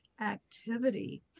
activity